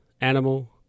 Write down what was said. animal